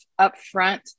upfront